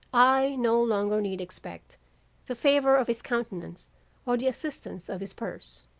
i no longer need expect the favor of his countenance or the assistance of his purse.